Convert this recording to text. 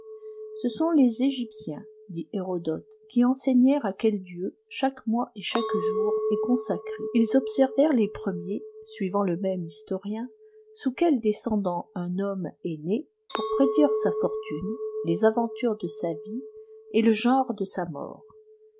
ce sont les egyptiens dit hérodote qui enseignèrent à quel dieu chaque mois et chaque jour est consacré ils observèrent les premiers suivant le même historien sous quel descendant un homme est né pour prédire sa fortune les aventures de sa vie et le genre de sa mort